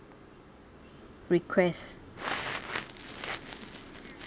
request